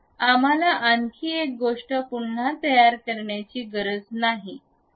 आम्हाला आणखी एक गोष्ट पुन्हा तयार करण्याची गरज नाही